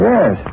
Yes